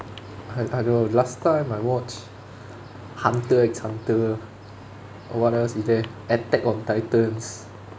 I I don't know last time I watched hunter X hunter what else is there attack on titans